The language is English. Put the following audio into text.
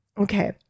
Okay